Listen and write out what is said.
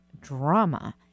drama